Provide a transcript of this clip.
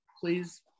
please